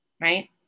right